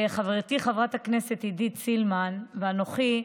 חברתי חברת הכנסת עידית סילמן ואנוכי,